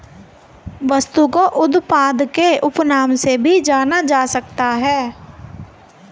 वस्तु को उत्पाद के उपनाम से भी जाना जा सकता है